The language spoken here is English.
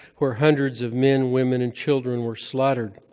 where hundreds of men, women, and children were slaughtered.